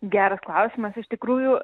geras klausimas iš tikrųjų